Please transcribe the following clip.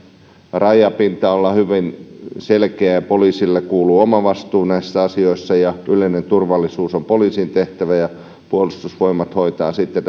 rajapinta on hyvin selkeä poliisille kuuluu oma vastuu näissä asioissa ja yleinen turvallisuus on poliisin tehtävä ja puolustusvoimat hoitaa sitten